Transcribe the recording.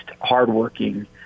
hardworking